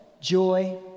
joy